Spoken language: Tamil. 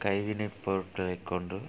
கைவினை பொருட்களை கொண்டு